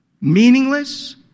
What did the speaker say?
meaningless